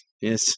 yes